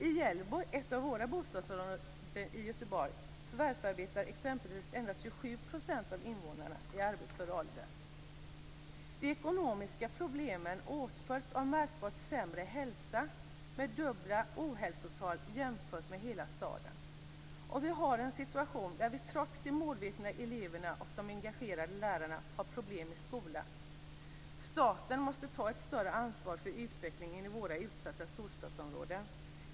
I Hjällbo, ett av våra bostadsområden i Göteborg, förvärvsarbetar exempelvis endast 27 % av invånarna i arbetsför ålder. De ekonomiska problemen åtföljs av märkbart sämre hälsa med dubbla ohälsotal jämfört med hela staden, och vi har en situation där vi trots de målmedvetna eleverna och de engagerade lärarna har problem i skolan. Staten måste ta ett större ansvar för utvecklingen i våra utsatta storstadsområden.